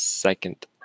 Second